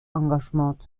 engagement